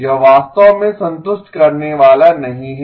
यह वास्तव में संतुष्ट करने वाला नहीं है